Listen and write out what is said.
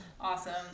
Awesome